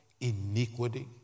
iniquity